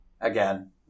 again